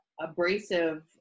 abrasive